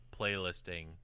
playlisting